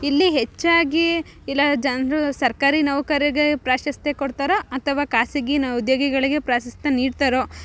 ಇಲ್ಲಿ ಹೆಚ್ಚಾಗಿ ಇಲ್ಲ ಜನರು ಸರ್ಕಾರಿ ನೌಕರಿಗೆ ಪ್ರಾಶಸ್ತ್ಯ ಕೊಡ್ತಾರಾ ಅಥವಾ ಖಾಸಗಿ ಉದ್ಯೋಗಿಗಳಿಗೆ ಪ್ರಾಶಸ್ತ್ಯ ನೀಡ್ತಾರೋ